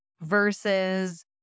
versus